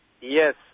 Yes